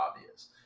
obvious